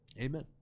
Amen